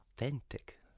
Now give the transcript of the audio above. authentic